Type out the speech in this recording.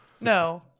No